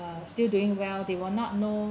still doing well they will not know